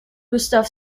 gustav